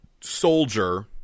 soldier